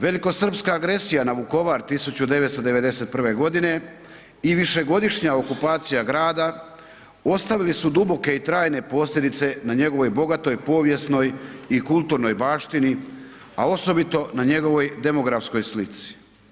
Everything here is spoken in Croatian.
Velikosrpska agresija na Vukovar 1991. godine i višegodišnja okupacija grada ostavili su duboke i trajne posljedice na njegovoj bogatoj povijesnoj i kulturnoj baštini, a osobito na njegovoj demografskoj slici.